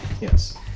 Yes